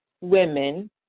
women